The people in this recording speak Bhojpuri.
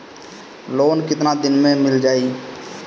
लोन कितना दिन में मिल जाई?